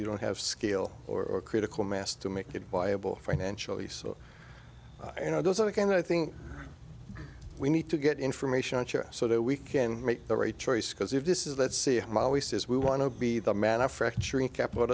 you don't have skill or critical mass to make it viable financially so you know those are the kind i think we need to get information so that we can make the right choice because if this is let's see if my always says we want to be the manufacturing capital